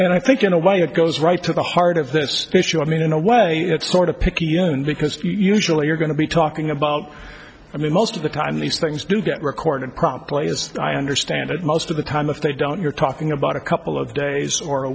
and i think in a way it goes right to the heart of this issue i mean in a way it's sort of picayune because usually you're going to be talking about i mean most of the time these things do get recorded promptly as i understand it most of the time if they don't you're talking about a couple of days or a